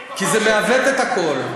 כי זה מעוות את הכול.